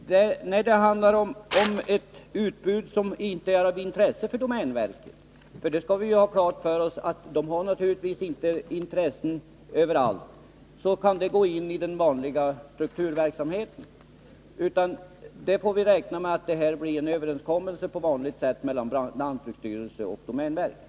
Herr talman! När det handlar om ett utbud som inte är av intresse för domänverket — vi skall ha klart för oss att verket inte har intressen överallt — kan det gå in i den vanliga strukturverksamheten. Vi får räkna med att det här blir en överenskommelse på vanligt sätt mellan lantbruksstyrelsen och domänverket.